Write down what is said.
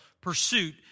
pursuit